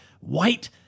white